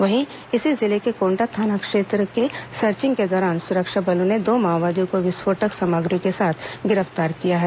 वहीं इसी जिले में कोंटा थाना क्षेत्र में सर्चिंग के दौरान सुरक्षा बलों ने दो माओवादियों को विस्फोटक सामग्रियों के साथ गिरफ्तार किया है